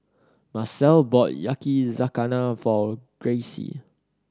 Marcelle bought Yakizakana for Gracie